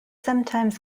sometimes